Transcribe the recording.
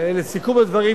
לסיכום הדברים,